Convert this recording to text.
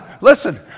Listen